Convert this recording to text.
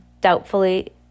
Doubtfully